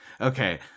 okay